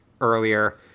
earlier